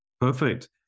Perfect